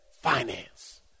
finance